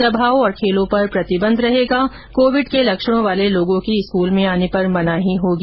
सभाओं और खेलों पर भी प्रतिबंध रहेगा साथ ही कोविड के लक्षणों वाले लोगों की स्कूल में आने पर मनाही होगी